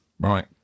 right